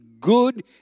good